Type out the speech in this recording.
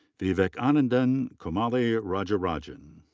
vivekanandan kulumani rajarajan.